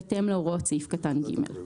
בהתאם להוראות סעיף קטן (ג).